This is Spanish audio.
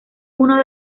uno